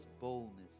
boldness